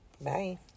Bye